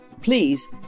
Please